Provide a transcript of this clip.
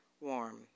warm